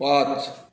पाच